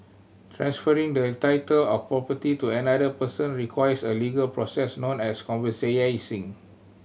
transferring the title of property to another person requires a legal process known as